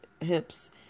hips